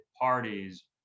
parties